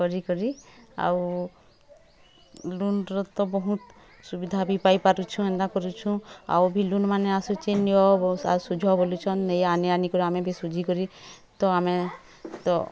କରି କରି ଆଉ ଲୋନ୍ର ତ ବହୁତ୍ ସୁବିଧା ବି ପାଇପାରୁଛୁଁ ହେନ୍ତା କରୁଛୁଁ ଆଉ ଭି ଲୋନ୍ ମାନେ ଆସୁଛି ନିଅ ସୁଝ ବୋଲୁଛନ୍ ନେଇ ଆନି ଆନି କରି ଆମେ ବି ସୁଝି କରି ତ ଆମେ ତ